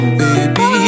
baby